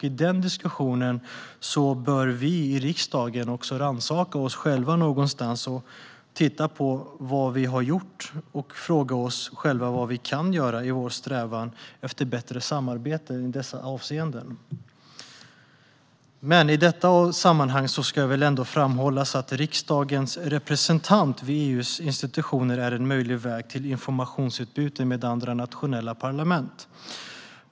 I den diskussionen bör vi i riksdagen rannsaka oss själva, titta på vad vi har gjort och fråga oss själva vad vi kan göra i vår strävan efter bättre samarbeten i dessa avseenden. I detta sammanhang ska ändå framhållas att riksdagens representant vid EU:s institutioner är en möjlig väg till informationsutbyte med andra nationella parlament.